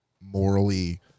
morally